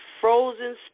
frozen